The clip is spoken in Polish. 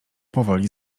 powoli